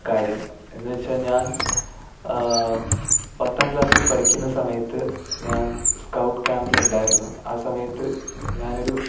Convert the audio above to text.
കാര്യം എന്ന് വെച്ചാൽ ഞാൻ പത്താം ക്ലാസ്സിൽ പഠിക്കുന്ന സമയത്ത് ഞാൻ സ്കൗട്ട് ക്യാമ്പിൽ ഉണ്ടായിരുന്നു ആ സമയത്ത് ഞാനൊരു